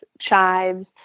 chives